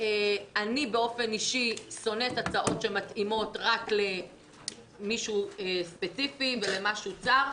אני באופן אישי שונאת הצעות שמתאימות רק למישהו ספציפי ולמשהו צר.